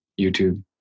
YouTube